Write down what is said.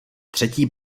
třetí